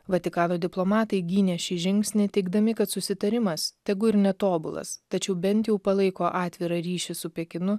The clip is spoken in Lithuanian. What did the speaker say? vatikano diplomatai gynė šį žingsnį teigdami kad susitarimas tegu ir netobulas tačiau bent jau palaiko atvirą ryšį su pekinu